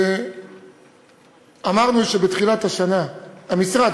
אמרנו שבתחילת השנה המשרד,